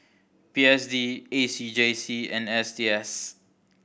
P S D A C J C and S T S